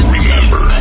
Remember